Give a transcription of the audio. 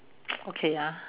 okay ha